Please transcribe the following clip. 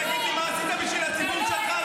תגיד לי מה עשית בשביל הציבור שלך,